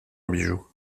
bijou